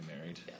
married